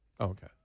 Okay